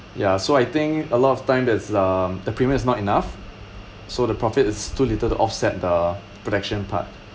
ya so I think a lot of time it's um the premiums not enough so the profit it's too little to offset the protection part